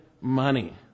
money